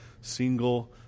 single